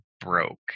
broke